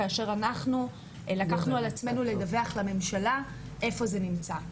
כאשר אנחנו לקחנו על עצמנו לדווח לממשלה איפה זה נמצא.